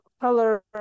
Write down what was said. color